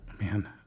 man